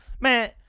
Man